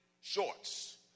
shorts